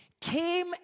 came